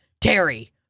Terry